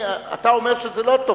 אתה אומר שזה לא טוב,